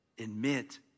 admit